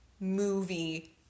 movie